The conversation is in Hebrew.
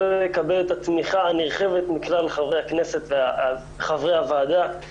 לא יקבל את התמיכה הנרחבת מכלל חברי הכנסת וחברי הוועדה.